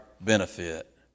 benefit